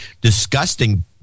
disgusting